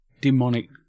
demonic